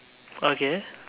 okay